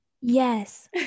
yes